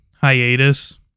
hiatus